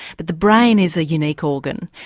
but the brain is a unique organ,